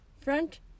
front